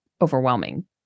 overwhelming